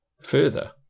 Further